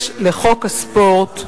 6 לחוק הספורט,